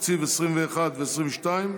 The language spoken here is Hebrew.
התקציב 2021 ו-2022),